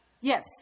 Yes